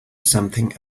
something